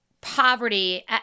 poverty